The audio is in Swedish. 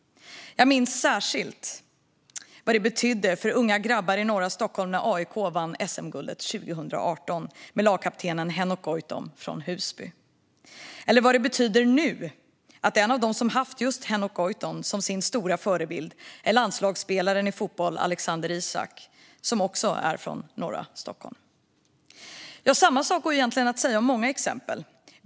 Jag minns särskilt vad det betydde för unga grabbar i norra Stockholm när AIK vann SM-guldet 2018 med lagkaptenen Henok Goitom från Husby. Jag vet vad det betyder nu att en av dem som haft just Henok Goitom som sin stora förebild är landslagsspelaren i fotboll Alexander Isak, som också är från norra Stockholm. Samma sak går egentligen att säga om många exempel.